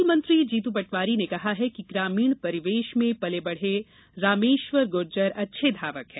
खेल मंत्री जीतू पटवारी ने कहा है कि ग्रामीण परिवेश में पले बड़े रामेश्वर गुर्जर अच्छे धावक हैं